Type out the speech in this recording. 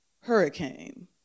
hurricane